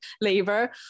labor